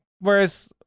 Whereas